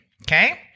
okay